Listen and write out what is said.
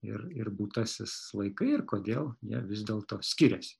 ir ir būtasis laikai ir kodėl jie vis dėlto skiriasi